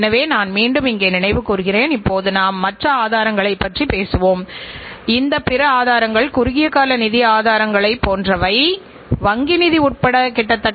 எனவே தரக் கட்டுப்பாட்டு வரைபடம் என்பது பல்வேறு தயாரிப்புகளின் பரிமாணங்களின் அளவீடுகளின் புள்ளிவிவர விகிதம் அல்லது பண்புக்கூறுகள் ஆகும்